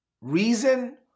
reason